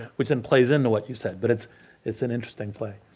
which then plays in to what you said, but it's it's an interesting play.